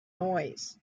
noise